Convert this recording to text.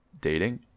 dating